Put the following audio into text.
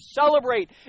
celebrate